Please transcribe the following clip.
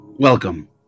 Welcome